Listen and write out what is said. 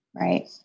Right